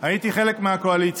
הייתי חלק מהקואליציה,